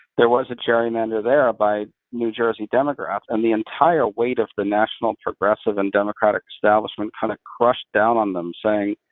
there was a gerrymander there by new jersey democrats, and the entire weight of the national progressive and democratic establishment kind of crushed down on them, saying,